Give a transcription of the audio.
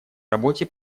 работе